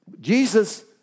Jesus